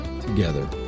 together